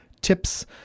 tips